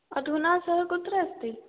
अधुना सः कुत्र अस्ति